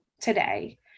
today